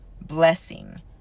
blessing